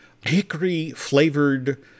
hickory-flavored